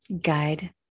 guide